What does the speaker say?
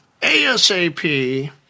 ASAP